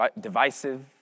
divisive